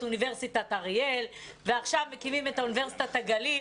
אוניברסיטת אריאל ועכשיו מקימים את אוניברסיטת הגליל.